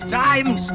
times